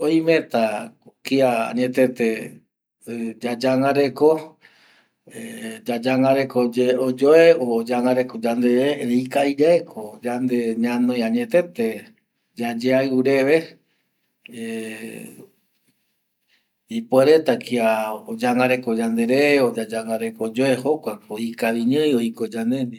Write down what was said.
Oimeta ko kia añetete yayangareko o oyangareko yandere erei ikaviyaeko yande ñanoi añetete yayaiu reve ipuereta kia oyangareko yandere o yayangareko oyue, jokua ko ikaviyae yandendie